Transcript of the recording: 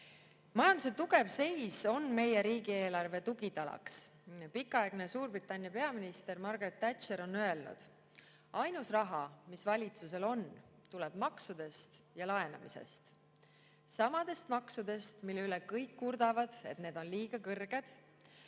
Majanduse tugev seis on meie riigieelarve tugitala. Pikaaegne Suurbritannia peaminister Margaret Thatcher on öelnud: "Ainus raha, mis valitsusel on, tuleb maksudest ja laenamisest – samadest maksudest, mille üle kõik kurdavad, et need on juba liiga kõrged;